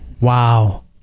Wow